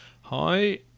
Hi